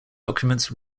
documents